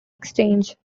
exchange